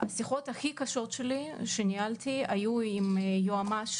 השיחות הכי קשות שניהלתי היו עם יועמ"ש